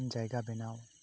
ᱡᱟᱭᱜᱟ ᱵᱮᱱᱟᱣ